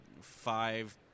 five